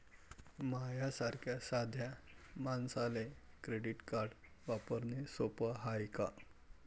माह्या सारख्या साध्या मानसाले क्रेडिट कार्ड वापरने सोपं हाय का?